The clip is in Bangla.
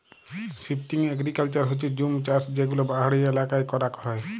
শিফটিং এগ্রিকালচার হচ্যে জুম চাষযেগুলা পাহাড়ি এলাকায় করাক হয়